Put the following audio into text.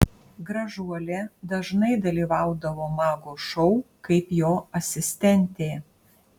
gražuolė dažnai dalyvaudavo mago šou kaip jo asistentė